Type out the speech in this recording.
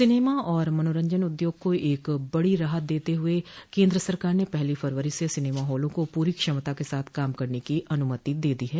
cinema और मनोरंजन उद्योग को एक बड़ी राहत देते हुए केन्द्र सरकार ने पहली फरवरी से सिनेमा हॉलों को पूरी क्षमता के साथ काम करने की अनुमति दे दी है